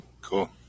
Cool